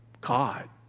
God